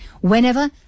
whenever